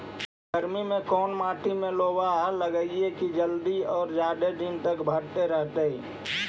गर्मी में कोन मट्टी में लोबा लगियै कि जल्दी और जादे दिन तक भरतै रहतै?